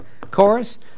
chorus